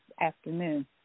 afternoon